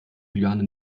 juliane